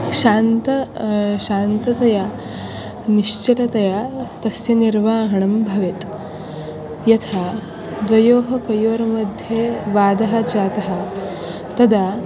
शान्तं शान्ततया निश्चलतया तस्य निर्वहणं भवेत् यथा द्वयोः कयोर्मध्ये वादः जातः तदा